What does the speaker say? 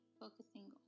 focusing